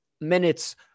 minutes